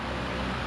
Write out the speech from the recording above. ya